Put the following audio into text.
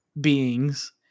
beings